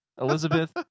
Elizabeth